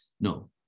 No